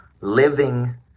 living